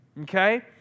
Okay